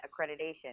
accreditation